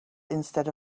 instead